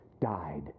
died